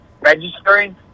registering